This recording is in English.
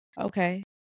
okay